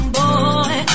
boy